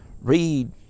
Read